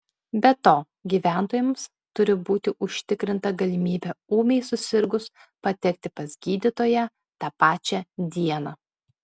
be to gyventojams turi būti užtikrinta galimybė ūmiai susirgus patekti pas gydytoją tą pačią dieną